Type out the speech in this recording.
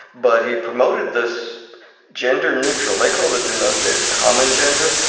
but he promoted this gender neutral, they called it in those days common gender,